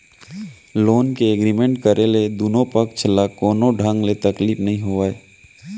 loan के agreement करे ले दुनो पक्छ ल कोनो ढंग ले तकलीफ नइ होवय